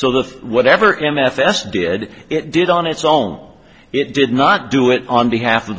so that whatever m f s did it did on its own it did not do it on behalf of